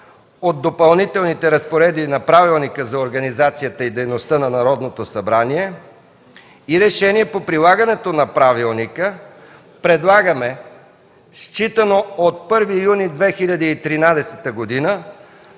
от Допълнителните разпоредби на Правилника за организацията и дейността на Народното събрание и Решение по прилагането на Правилника за организацията и дейността на